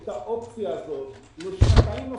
אני שמח שעמדת ועדת הכספים תואמת היסטורית את העמדה של סוכני הביטוח.